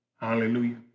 Hallelujah